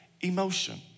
emotion